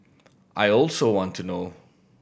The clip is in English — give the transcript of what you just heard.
I also want to know